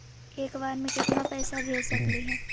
एक बार मे केतना पैसा भेज सकली हे?